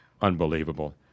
Unbelievable